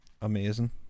amazing